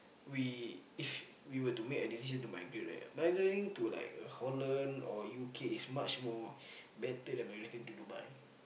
we if we were to make a decision to migrate right migrating to like Holland or U_K is much more better than migrating to Dubai